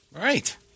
Right